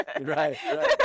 Right